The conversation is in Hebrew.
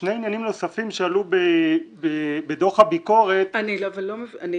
שני עניינים נוספים שעלו בדו"ח הביקורת --- רגע,